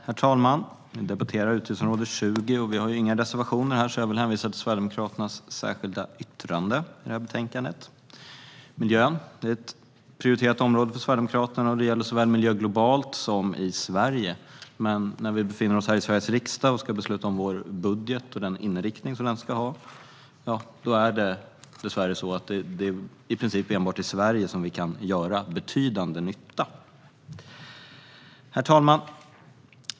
Herr talman! Vi debatterar utgiftsområde 20. Vi har inga reservationer, så jag vill hänvisa till Sverigedemokraternas särskilda yttrande i betänkandet. Miljön är ett prioriterat område för Sverigedemokraterna. Det gäller såväl miljön globalt som miljön i Sverige. Men när vi befinner oss i Sveriges riksdag och ska besluta om vår budget och den inriktning som den ska ha är det dessvärre så att det i princip enbart är i Sverige som vi kan göra betydande nytta. Herr talman!